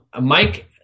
Mike